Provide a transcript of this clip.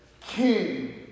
king